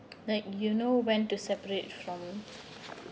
like you know when to separate from